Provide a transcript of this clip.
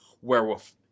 werewolf